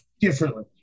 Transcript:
Differently